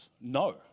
no